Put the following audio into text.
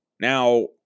Now